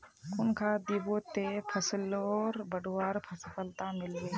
कुन खाद दिबो ते फसलोक बढ़वार सफलता मिलबे बे?